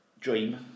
dream